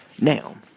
Now